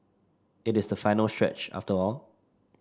it is the final stretch after all